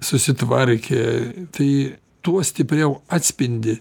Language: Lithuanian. susitvarkė tai tuo stipriau atspindi